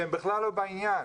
שהם בכלל לא בעניין.